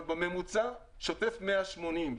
אבל בממוצע שוטף 180,